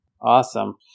Awesome